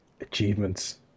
Achievements